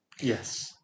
Yes